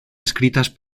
escritas